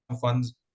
funds